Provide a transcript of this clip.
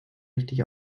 richtig